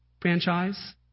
franchise